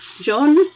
John